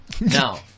Now